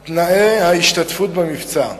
את תנאי ההשתתפות במבצע.